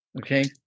Okay